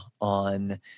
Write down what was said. on